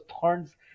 thorns